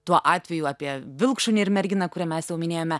tuo atveju apie vilkšunį ir merginą kurią mes jau minėjome